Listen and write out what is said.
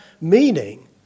meaning